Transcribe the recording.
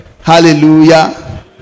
Hallelujah